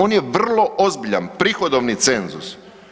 On je vrlo ozbiljan prihodovni cenzus.